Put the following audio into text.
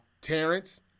Terrence